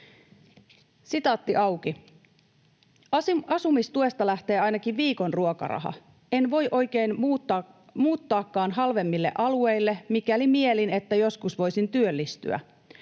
ihminen.” ”Asumistuesta lähtee ainakin viikon ruokaraha. En voi oikein muuttaakaan halvemmille alueille, mikäli mielin, että joskus voisin työllistyä.